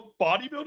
bodybuilding